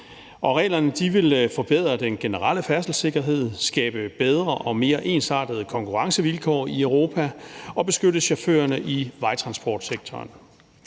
reglerne vil forbedre den generelle færdselssikkerhed, skabe bedre og mere ensartede konkurrencevilkår i Europa og beskytte chaufførerne i vejtransportsektoren.